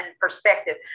perspective